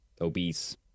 obese